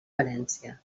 valència